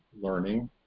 learning